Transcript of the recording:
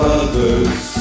others